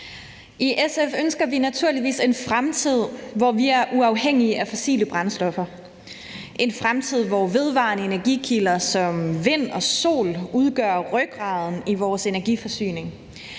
I SF ønsker vi naturligvis en fremtid, hvor vi er uafhængige af fossile brændstoffer – en fremtid, hvor vedvarende energikilder som vind og sol udgør rygraden i vores energiforsyning,